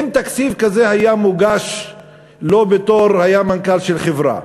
אם תקציב כזה היה מוגש לו בתור מנכ"ל של חברה,